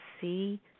see